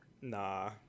nah